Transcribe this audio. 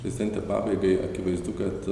prezidente pabaigai akivaizdu kad